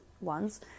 ones